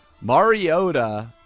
mariota